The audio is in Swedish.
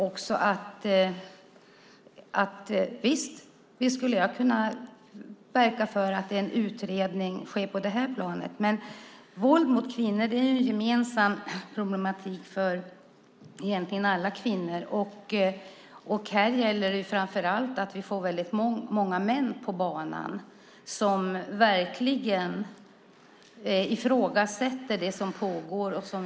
Visst skulle jag kunna verka för att en utredning sker på detta plan. Men våld mot kvinnor är en problematik som egentligen är gemensam för alla kvinnor. Här gäller det framför allt att vi får många män på banan som verkligen ifrågasätter det som pågår.